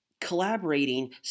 collaborating